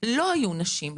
- לא היו נשים.